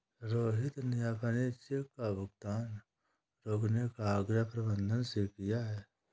रोहित ने अपने चेक का भुगतान रोकने का आग्रह प्रबंधक से किया है